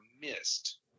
missed